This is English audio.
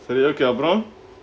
சரி:sari okay அப்புறம்:appuram